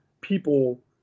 people